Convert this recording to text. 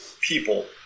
people